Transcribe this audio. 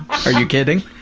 are you kidding?